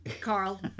Carl